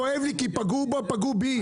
זה כואב לי כי פגעו בו ופגעו בי.